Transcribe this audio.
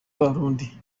b’abarundi